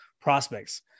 prospects